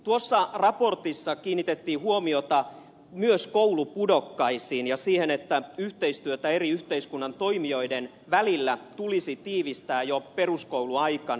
tuossa raportissa kiinnitettiin huomiota myös koulupudokkaisiin ja siihen että yhteistyötä eri yhteiskunnan toimijoiden välillä tulisi tiivistää jo peruskouluaikana